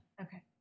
Okay